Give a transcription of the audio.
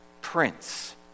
Prince